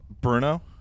bruno